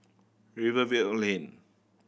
Rivervale Lane